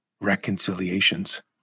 reconciliations